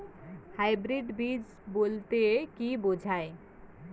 Hybrid বীজ বলতে কী বোঝায়?